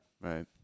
Right